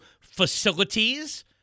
facilities